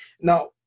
now